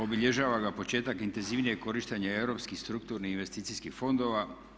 Obilježava ga početak intenzivnijeg korištenja europskih strukturnih investicijskih fondova.